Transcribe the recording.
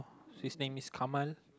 his name is Kamal